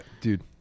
Dude